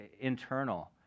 internal